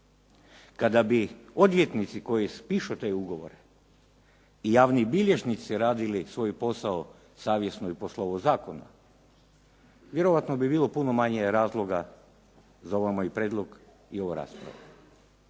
Kada bi odvjetnici koji pišu te ugovore i javni bilježnici radili svoj posao savjesno i ../Govornik se ne razumije./… zakona. Vjerojatno bi bilo puno manje razloga za ovaj moj prijedlog i ova rasprava.